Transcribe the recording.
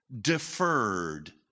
deferred